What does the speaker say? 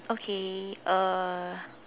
okay uh